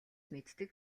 мэддэг